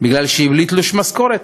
בגלל שהיא בלי תלוש משכורת,